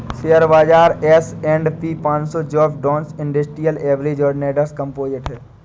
share बाजार S and P पनसो Dow Jones industrial average और नैस्डैक कंपोजिट है